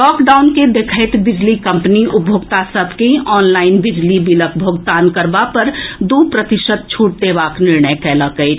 lockdown के देखैत बिजली कम्पनी उपभोक्ता सभ के ऑनलाईन बिजली बिलक भोगतान करबा पर दू प्रतिशत छूट देबाक निर्णय कएलक अछि